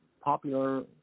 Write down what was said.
popular